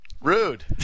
Rude